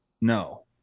No